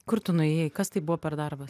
kur tu nuėjai kas tai buvo per darbas